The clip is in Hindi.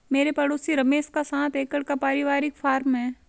मेरे पड़ोसी रमेश का सात एकड़ का परिवारिक फॉर्म है